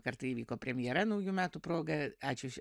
kartą įvyko premjera naujų metų proga ačiū už